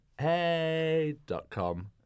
hey.com